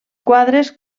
quadres